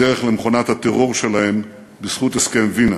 בדרך למכונת הטרור שלהם בזכות הסכם וינה.